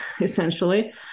essentially